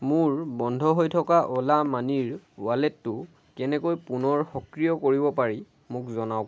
মোৰ বন্ধ হৈ থকা অ'লা মানিৰ ৱালেটটো কেনেকৈ পুনৰ সক্ৰিয় কৰিব পাৰি মোক জনাওক